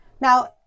Now